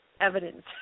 evidence